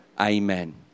Amen